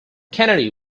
kennedy